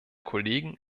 kollegen